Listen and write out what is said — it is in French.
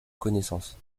connaissance